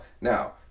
now